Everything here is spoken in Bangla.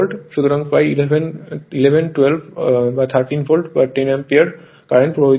সুতরাং প্রায় 11 12 বা 13 ভোল্ট 10 অ্যাম্পিয়ার কারেন্ট প্রবাহিত হবে